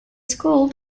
school